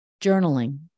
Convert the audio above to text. Journaling